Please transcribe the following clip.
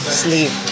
sleep